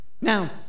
Now